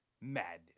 madness